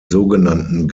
sogenannten